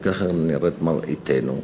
וכך נראית מראיתנו,